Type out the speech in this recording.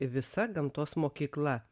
visa gamtos mokykla